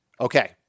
Okay